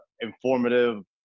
informative